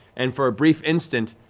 and for a brief instant,